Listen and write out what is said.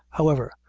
however,